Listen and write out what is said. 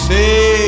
Say